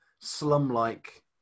slum-like